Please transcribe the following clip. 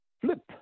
flip